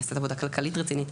נעשית עבודה כלכלית רצינית.